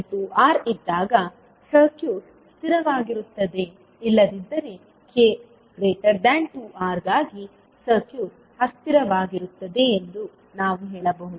k2R ಇದ್ದಾಗ circuit ಸ್ಥಿರವಾಗಿರುತ್ತದೆ ಇಲ್ಲದಿದ್ದರೆ k2R ಗಾಗಿ ಸರ್ಕ್ಯೂಟ್ ಅಸ್ಥಿರವಾಗಿರುತ್ತದೆ ಎಂದು ನಾವು ಹೇಳಬಹುದು